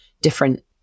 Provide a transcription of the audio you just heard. different